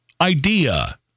idea